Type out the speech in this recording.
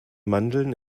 mandeln